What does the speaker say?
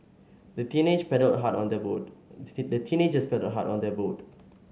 the teenagers paddled hard on their boat the teenagers paddled hard on their boat